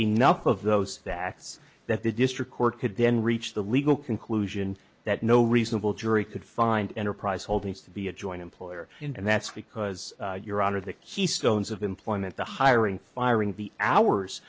enough of those that acts that the district court could then reach the legal conclusion that no reasonable jury could find enterprise holdings to be a joint employer and that's because your honor the keystones of employment the hiring firing the hours